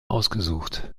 ausgesucht